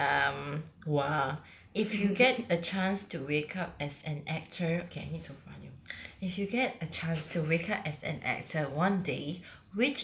alright um !wah! if you get a chance to wake up as an actor okay I need to prompt if you get a chance to wake up as an actor one day